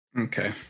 Okay